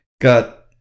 got